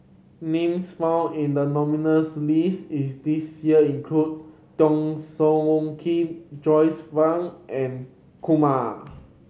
names found in the nominees' list is this year include Teo Soon Kim Joyce Fan and Kumar